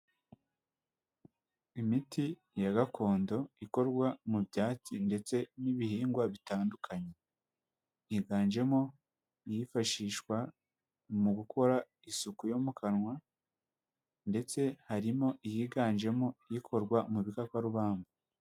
Imiti ya gakondo ikorwa m'biyatsi ndetse n'ibihingwa bitandukanye higanjemo iyifashishwa mu gukora isuku yo mu kanwa ndetse harimo iyiganjemo ikorwa m'igikakarubamba.